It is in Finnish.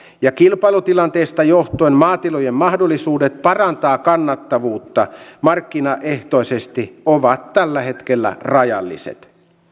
ja kilpailutilanteesta johtuen maatilojen mahdollisuudet parantaa kannattavuutta markkinaehtoisesti ovat tällä hetkellä rajalliset